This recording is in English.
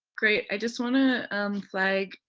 great. i just wanna um flag.